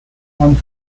and